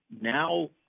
now